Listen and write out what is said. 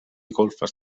golfes